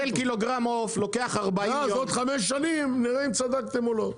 ואז עוד חמש שנים נראה אם צדקתם או לא.